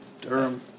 Durham